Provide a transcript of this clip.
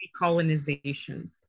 decolonization